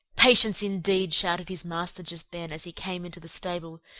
patience indeed! shouted his master just then, as he came into the stable.